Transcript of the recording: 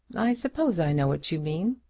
i suppose i know what you mean.